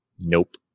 Nope